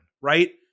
right